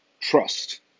trust